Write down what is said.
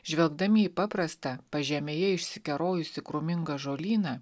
žvelgdami į paprastą pažemėje išsikerojusį krūmingą žolyną